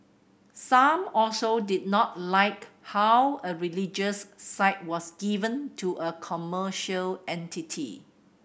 some also did not like how a religious site was given to a commercial entity